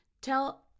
Tell